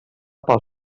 pel